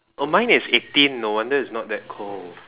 oh mine is eighteen no wonder it's not that cold